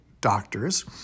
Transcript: doctors